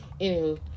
anywho